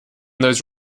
those